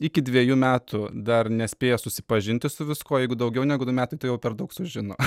iki dvejų metų dar nespėję susipažinti su viskuo jeigu daugiau negu du metai tai jau per daug sužino